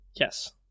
yes